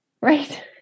right